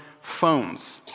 phones